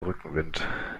rückenwind